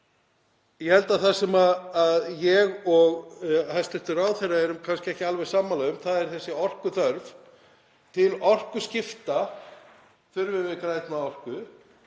að gera það. Það sem ég og hæstv. ráðherra erum kannski ekki alveg sammála um er þessi orkuþörf. Til orkuskipta þurfum við græna orku